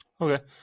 Okay